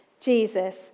Jesus